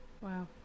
Wow